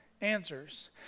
answers